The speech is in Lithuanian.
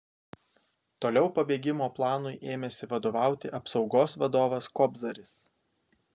toliau pabėgimo planui ėmėsi vadovauti apsaugos vadovas kobzaris